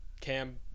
Cam